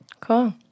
Cool